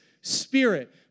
spirit